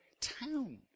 town